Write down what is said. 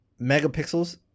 megapixels